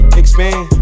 expand